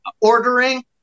ordering